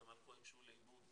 כי הם הלכו איכשהו לאיבוד,